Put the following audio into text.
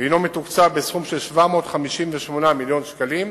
והוא מתוקצב בסכום של כ-758 מיליון שקלים.